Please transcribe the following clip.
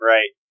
Right